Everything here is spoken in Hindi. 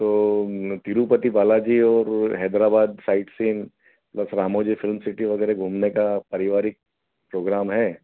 तो तिरुपति बालाजी और हैदराबाद साइट सीन उधर रामोजी जो फिल्म सिटी वग़ेरह घूमने का पारिवारिक प्रोग्राम है